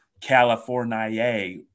California